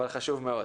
אבל חשוב מאוד.